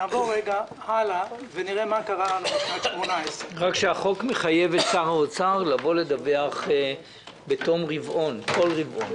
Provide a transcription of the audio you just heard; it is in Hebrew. נעבור הלאה ונראה מה קרה לנו בשנת 2018. החוק מחייב את שר האוצר לדווח בתום כל רבעון,